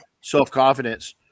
self-confidence